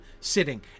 sitting